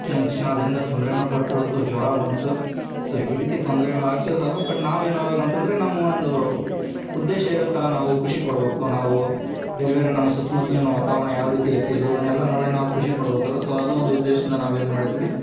ಕೆಲವೊಂದಿಷ್ಟು ಜನ ಅದರಿಂದ ತೊಂದ್ರೆಯೂ ಪಟ್ಟರು ಸೊ ಜ್ವರ ಬಂತು ಸೊ ಈ ರೀತಿ ತೊಂದರೆಗಳು ಆಗ್ತಿರ್ತವೆ ಬಟ್ ನಾವೇನು ಆವಾಗಂತ ಅಂದ್ರೆ ನಾವು ಒಂದು ಉದ್ದೇಶ ಇರುತ್ತಲ್ಲ ನಾವು ಖುಷಿ ಪಡಬೇಕು ನಾವು ಬೇರೆ ಬೇರೆ ನಮ್ಮ ಸುತ್ತ ಮುತ್ತಲಿನ ವಾತಾವರಣ ಯಾವ ರೀತಿ ಐತಿ ಸೊ ಅದನ್ನೆಲ್ಲ ನೋಡಿ ನಾವು ಖುಷಿ ಪಡ್ಬೇಕಲ್ಲ ಸೊ ಅದು ಒಂದು ಉದ್ದೇಶದಿಂದ ನಾವೇನು ಮಾಡಿದ್ವಿ